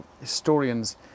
historians